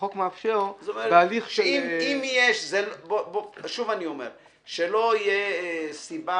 החוק מאפשר בהליך ש --- שלא תהיה סיבה